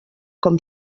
com